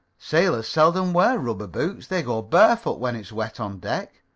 sailors seldom wear rubber boots. they go barefoot when it's wet on deck.